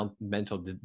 mental